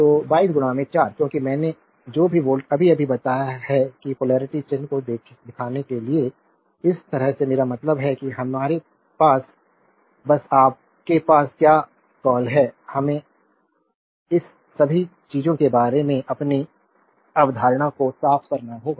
तो 22 4 क्योंकि मैंने जो भी वोल्ट अभी अभी बताया है कि पोलेरिटी चिन्ह को दिखाने के लिए इस तरह से मेरा मतलब है कि हमारे पास बस आपके पास क्या कॉल है हमें इस सभी चीजों के बारे में अपनी अवधारणा को साफ करना होगा